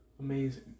amazing